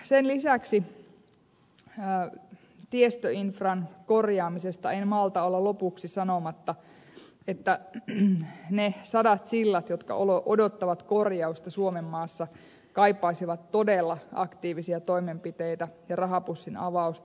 sen lisäksi tiestöinfran korjaamisesta en malta olla lopuksi sanomatta että ne sadat sillat jotka odottavat korjausta suomenmaassa kaipaisivat todella aktiivisia toimenpiteitä ja rahapussin avausta